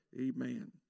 Amen